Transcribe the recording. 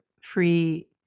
free